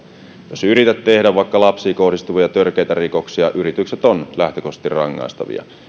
jos yrität tehdä vaikka lapsiin kohdistuvia törkeitä rikoksia yritykset ovat lähtökohtaisesti rangaistavia